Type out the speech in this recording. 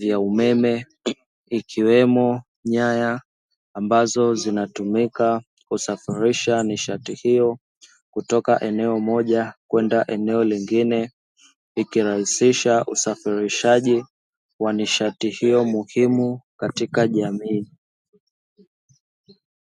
vya umeme, ikiwemo nyaya ambazo zinatumika kusafirisha nishati hiyo kutoka eneo moja kwenda eneo lingine, ikirahisisha usafirishaji wa nishati hiyo muhimu katika jamii.